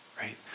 right